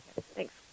Thanks